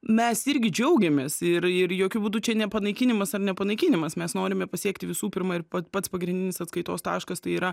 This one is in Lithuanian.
mes irgi džiaugiamės ir ir jokiu būdu čia nepanaikinimas ar nepanaikinimas mes norime pasiekti visų pirmą ir pats pagrindinis atskaitos taškas tai yra